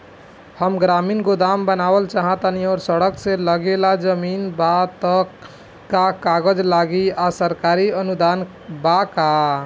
हम ग्रामीण गोदाम बनावल चाहतानी और सड़क से लगले जमीन बा त का कागज लागी आ सरकारी अनुदान बा का?